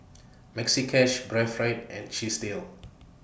Maxi Cash Breathe Right and Chesdale